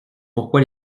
pourquoi